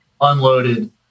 unloaded